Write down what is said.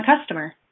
customer